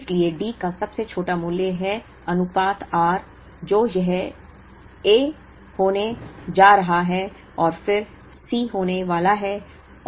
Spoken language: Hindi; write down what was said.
इसलिए D का सबसे छोटा मूल्य है अनुपात r तो यह A होने जा रहा है और फिर C होने वाला है और फिर यह B होने वाला है